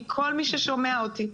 מכל מי ששומע אותי,